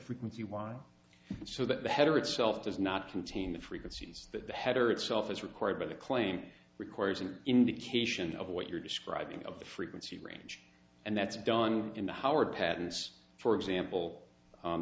frequency y so that the header itself does not contain the frequencies but the header itself as required by the claim requires an indication of what you're describing of the frequency range and that's done in the howard patents for example